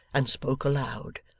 and spoke aloud.